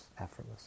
effortless